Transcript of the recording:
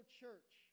church